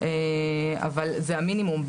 אבל זה המינימום.